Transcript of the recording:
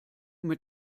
mit